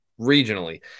regionally